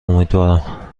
امیدوارم